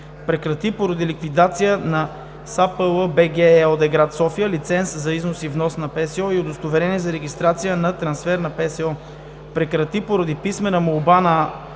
прекрати, поради ликвидация на САПЛ БГ ЕООД, гр. София, лиценз за износ и внос на ПСО и удостоверение за регистрация за трансфер на ПСО; прекрати, поради писмена молба от